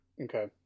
Okay